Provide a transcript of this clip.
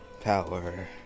power